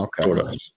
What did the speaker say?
Okay